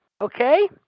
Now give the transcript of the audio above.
Okay